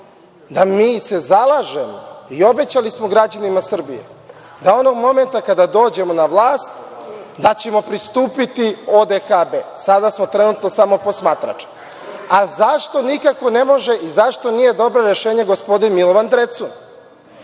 da se mi zalažemo i obećali smo građanima Srbije da onog momenta kada dođemo na vlast, da ćemo pristupiti ODKB, sada smo trenutno samo posmatrač. Zašto nikako ne može i zašto nije dobro rešenje gospodin Milovan